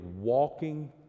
walking